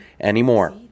anymore